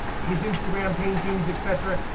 his instagram paintings, et cetera,